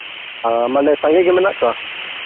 ᱢᱟᱱᱮ ᱥᱟᱸᱜᱮ ᱜᱮ ᱢᱮᱱᱟᱜ ᱠᱚᱣᱟ